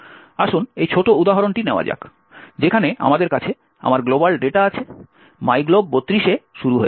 আসুন এই ছোট উদাহরণটি নেওয়া যাক যেখানে আমাদের কাছে আমার গ্লোবাল ডেটা আছে মাইগ্লোব 32 তে শুরু হয়েছে